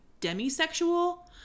demisexual